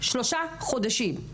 שלושה חודשים.